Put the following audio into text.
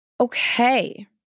Okay